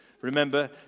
Remember